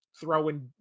throwing